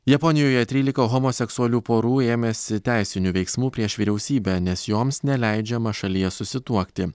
japonijoje trylika homoseksualių porų ėmėsi teisinių veiksmų prieš vyriausybę nes joms neleidžiama šalyje susituokti